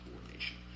coordination